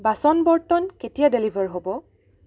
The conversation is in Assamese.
বাচন বৰ্তন কেতিয়া ডেলিভাৰ হ'ব